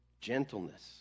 Gentleness